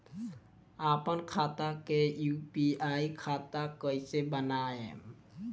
आपन खाता के यू.पी.आई खाता कईसे बनाएम?